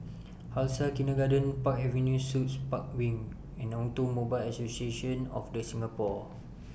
Khalsa Kindergarten Park Avenue Suites Park Wing and Automobile Association of The Singapore